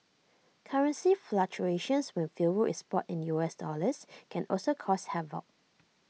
currency fluctuations when fuel is bought in U S dollars can also cause havoc